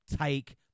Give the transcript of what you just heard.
Take